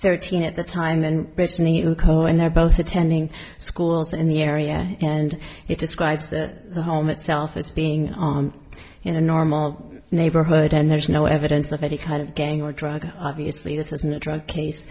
thirteen at the time and brittany cohen they're both attending schools in the area and it describes the home itself as being on in a normal neighborhood and there's no evidence of any kind of gang or drug obviously this isn't a drug